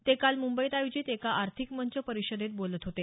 ते काल मुंबईत आयोजित एका आर्थिक मंच परिषदेत बोलत होते